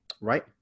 Right